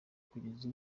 kugeza